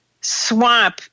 swamp